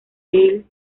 del